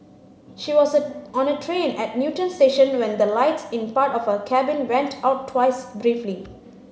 she was on a train at Newton station when the lights in part of her cabin went out twice briefly